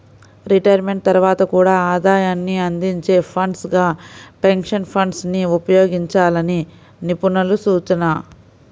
retirement తర్వాత కూడా ఆదాయాన్ని అందించే ఫండ్స్ గా పెన్షన్ ఫండ్స్ ని ఉపయోగించాలని నిపుణుల సూచన